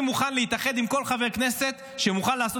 אני מוכן להתאחד עם כל חבר כנסת שמוכן לעשות